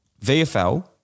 VFL